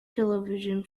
television